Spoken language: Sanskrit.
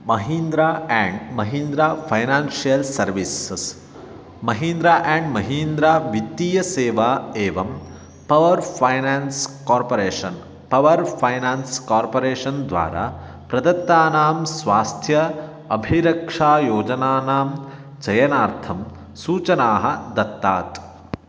Mahindra and Mahindra financial services Mahindra and Mahindra वित्तीयसेवा एवं power finance corporation finance corporation द्वारा प्रदत्तानां स्वास्थ्य अभिरक्षायोजनानां चयनार्थं सूचनाः दत्तात्